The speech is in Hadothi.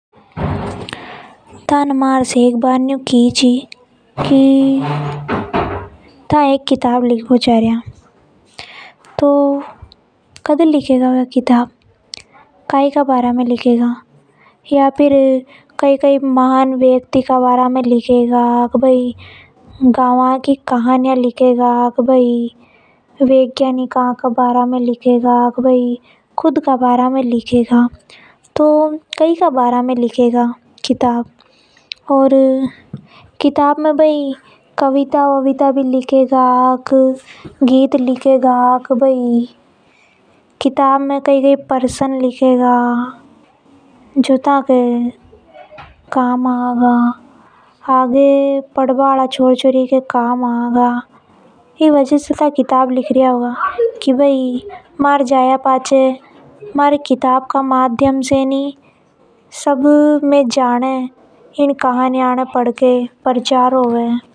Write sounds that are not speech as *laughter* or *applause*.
थाने मार से एक बार यू की थी कि था एक किताब लिख बो चा रिया तो वो किताब कद लिखेगा कई का बारा में लिखेगा *noise* या फेर कोई कोई महान व्यक्ति का बारा में लिखेगा या फिर कहानियां लिखेगा या फिर गावा का बारा में लिखेगा। वैज्ञानिक का बारा में या खुद का बारा में तो था कई के बारा में किताब लिखेगा। किताब में कई कई गीत लिखेगा या कई कई का पर्सन लिखेगा कई लिखेगा। *noise* जो ये सब था लिखेगा वो आगे का पढ़ना वाला के कई काम आ गा।